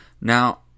now